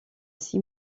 six